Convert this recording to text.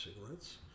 cigarettes